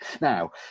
Now